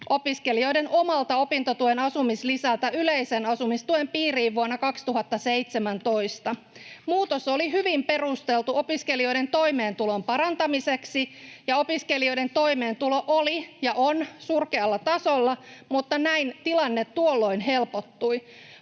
opiskelijoiden omalta opintotuen asumislisältä yleisen asumistuen piiriin vuonna 2017. Muutos oli hyvin perusteltu opiskelijoiden toimeentulon parantamiseksi. Opiskelijoiden toimeentulo oli ja on surkealla tasolla, mutta näin tilanne tuolloin helpottui.